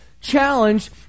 challenge